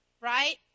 right